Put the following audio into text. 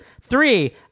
three